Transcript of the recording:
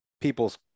people's